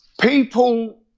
People